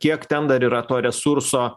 kiek ten dar yra to resurso